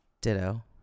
Ditto